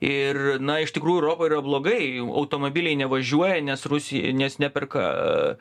ir na iš tikrųjų europoj yra blogai automobiliai nevažiuoja nes rusija nes neperka